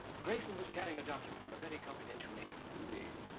grayson was carrying a document of a very confidential nature. indeed.